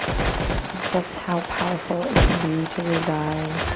of just how powerful it can be to reside